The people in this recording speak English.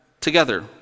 together